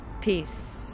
peace